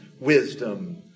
wisdom